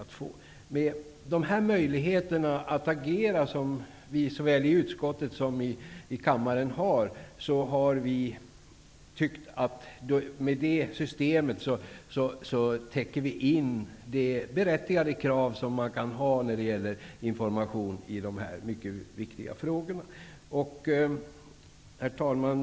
Med dessa möjligheter att agera såväl i utskottet som i kammaren tycker vi att vi täcker in det berättigade krav som kan ställas när det gäller information i dessa mycket viktiga frågor. Herr talman!